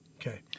Okay